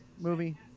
movie